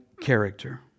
character